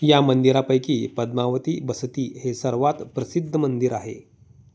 या मंदिरापैकी पद्मावती बसती हे सर्वात प्रसिद्ध मंदिर आहे